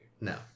no